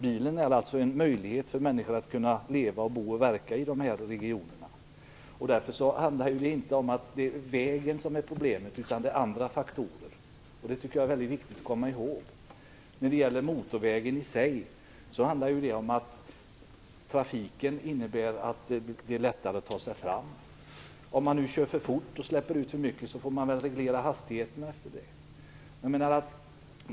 Bilen ger alltså människor en möjlighet att kunna leva, bo och verka i dessa regioner. Det är därför inte vägen som är problemet, utan det handlar om andra faktorer. Det tycker jag är väldigt viktigt att komma ihåg. Motorvägen i sig gör att trafiken lättare tar sig fram. Om man nu kör för fort och släpper ut för mycket får man reglera hastigheten efter det.